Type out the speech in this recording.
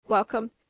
Welcome